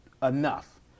enough